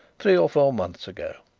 three or four months ago.